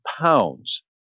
pounds